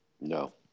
No